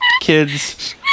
Kids